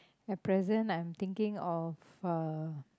at present I'm thinking of uh